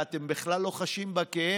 ואתם בכלל לא חשים בכאב,